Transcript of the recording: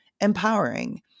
empowering